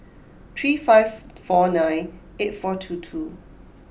three five four nine eight four two two